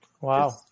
Wow